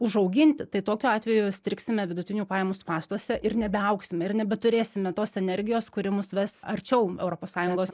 užauginti tai tokiu atveju strigsime vidutinių pajamų spąstuose ir nebeaugsime ir nebeturėsime tos energijos kuri mus ves arčiau europos sąjungos